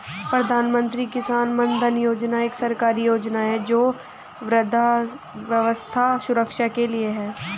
प्रधानमंत्री किसान मानधन योजना एक सरकारी योजना है जो वृद्धावस्था सुरक्षा के लिए है